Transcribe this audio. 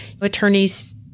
attorneys